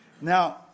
Now